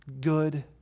good